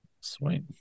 Sweet